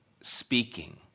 speaking